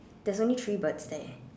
there's only three birds there